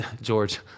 George